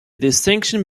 distinction